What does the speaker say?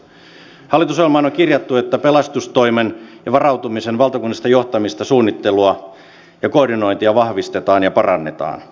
hallitusohjelmaan on kirjattu että pelastustoimen ja varautumisen valtakunnallista johtamista suunnittelua ja koordinointia vahvistetaan ja parannetaan